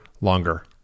longer